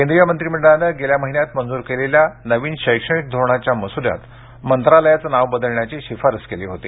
केंद्रीय मंत्रिमंडळानं गेल्या महिन्यात मंजूर केलेल्या नवीन शैक्षणिक धोरणाच्या मसुद्यात मंत्रालयाचं नावं बदलण्याची शिफारस केली होती